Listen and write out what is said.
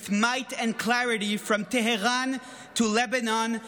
might and clarity from Tehran to Lebanon,